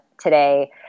today